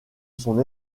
son